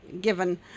given